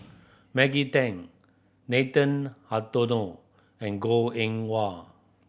Maggie Teng Nathan Hartono and Goh Eng Wah